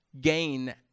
gain